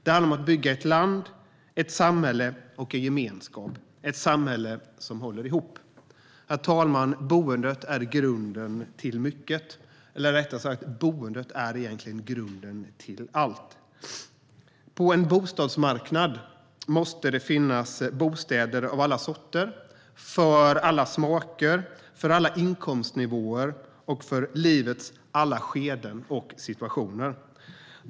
Det handlar om att bygga ett land, ett samhälle och en gemenskap - ett samhälle som håller ihop. Herr talman! Boendet är grunden till mycket. Eller rättare sagt: Boendet är grunden till allt. På en bostadsmarknad måste det finnas bostäder av alla sorter, för alla smaker, för alla inkomstnivåer och för livets alla skeden och situationer.